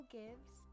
gives